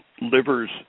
liver's